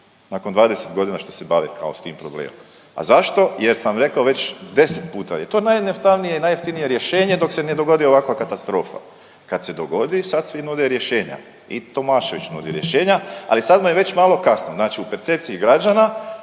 nakon 20 godina što se bave kao s tim problemom. A zašto? Jer sam rekao već 10 puta da je to najjednostavnije i najjeftinije rješenje dok se ne dogodi ovakva katastrofa. Kad se dogodi sad svi nude rješenja. I Tomašević nudi rješenja, ali sad mu je već malo kasno. Znači u percepciji građana